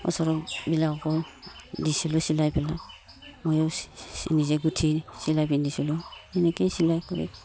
ওচৰৰবিলাকো দিছিলোঁ চিলাই পেলাই ময়ো নিজে গোঁঠি চিলাই পিন্ধিছিলোঁ এনেকৈয়ে চিলাই কৰি